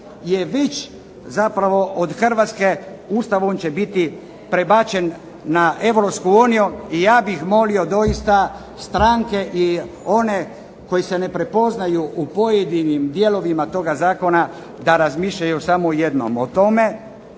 već od Hrvatske ustavom će biti prebačen na Europsku uniju, ja bih molio doista stranke i određene koji se ne prepoznaju u pojedinim dijelovima toga Zakona da razmišljaju samo o jednom o tome